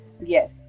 yes